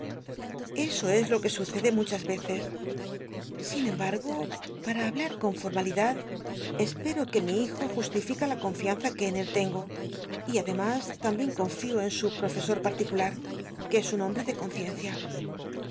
eso es lo c chas eccs sin embargo pa ra hablar con formalitlad espero que mi hijo justifica la confianza que en él tengo r adcmas tambien conflo en su profe or particular que es un hombre de conciencia